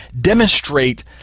demonstrate